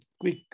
quick